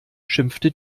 schimpfte